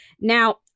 Now